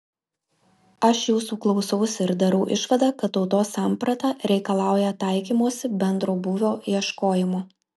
aš jūsų klausausi ir darau išvadą kad tautos samprata reikalauja taikymosi bendro būvio ieškojimo